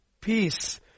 peace